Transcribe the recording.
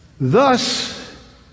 Thus